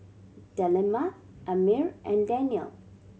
Delima Ammir and Daniel